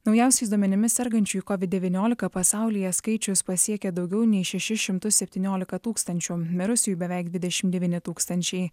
naujausiais duomenimis sergančiųjų kovid devyniolika pasaulyje skaičius pasiekė daugiau nei šešis šimtus septyniolika tūkstančių mirusiųjų beveik dvidešimt devyni tūkstančiai